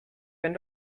wenn